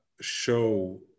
show